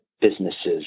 businesses